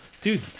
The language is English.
Dude